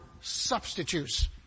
substitutes